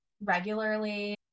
regularly